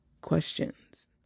questions